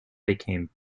became